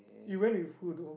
you went with who though